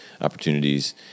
opportunities